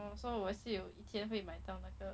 orh so 我也是有以前会买到那个